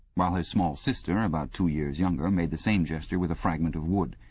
while his small sister, about two years younger, made the same gesture with a fragment of wood.